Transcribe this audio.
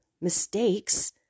mistakes